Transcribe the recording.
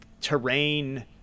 terrain